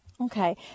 Okay